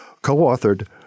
co-authored